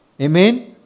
Amen